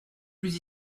plus